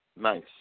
Nice